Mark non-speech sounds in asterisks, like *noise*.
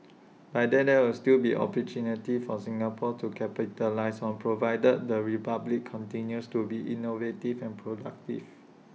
*noise* but there there will still be opportunities for Singapore to capitalise on provided the republic continues to be innovative and productive